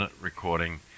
recording